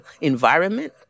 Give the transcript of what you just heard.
environment